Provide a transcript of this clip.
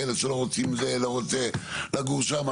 לא רוצה לגור שם,